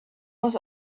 was